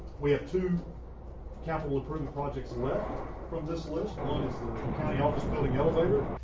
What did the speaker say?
we have two capital improvement projects left from this list one is the county office building elevator.